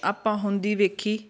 ਆਪਾਂ ਹੁੰਦੀ ਵੇਖੀ